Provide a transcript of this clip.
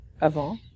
avant